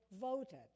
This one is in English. voted